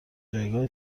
جایگاه